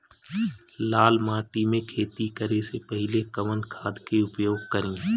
लाल माटी में खेती करे से पहिले कवन खाद के उपयोग करीं?